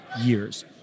years